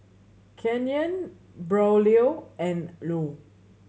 Kenyon Braulio and Llo